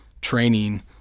training